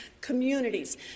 communities